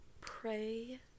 pray